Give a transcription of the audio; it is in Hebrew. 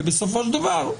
ובסופו של דבר,